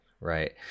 Right